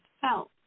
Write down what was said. felt